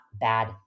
bad